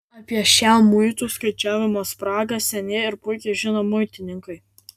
apie šią muitų skaičiavimo spragą seniai ir puikiai žino muitininkai